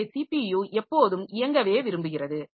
எனவே சிபியு எப்போதும் இயங்கவே விரும்புகிறது